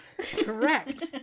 Correct